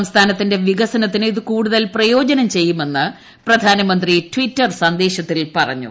സംസ്ഥാനത്തിന്റെ വിക്ട്സ്നത്തിന് ഇത് കൂടുതൽ പ്രയോജനം ചെയ്യുമെന്ന് പ്രധാനമന്ത്രി ടിറ്റർ സന്ദേശത്തിൽ പറഞ്ഞു